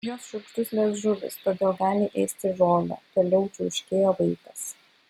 jos šiurkštus liežuvis todėl gali ėsti žolę toliau čiauškėjo vaikas